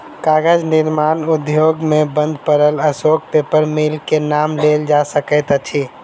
कागज निर्माण उद्योग मे बंद पड़ल अशोक पेपर मिल के नाम लेल जा सकैत अछि